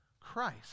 Christ